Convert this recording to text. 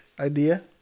idea